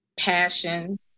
passion